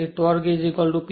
તેથી torque PGω S